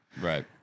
Right